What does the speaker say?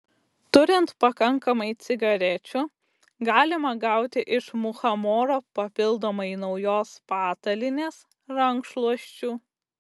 turint pakankamai cigarečių galima gauti iš muchamoro papildomai naujos patalynės rankšluosčių